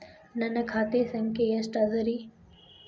ನನ್ನ ಖಾತೆ ಸಂಖ್ಯೆ ಎಷ್ಟ ಅದರಿ?